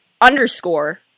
underscore